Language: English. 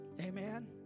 Amen